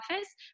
office